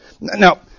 Now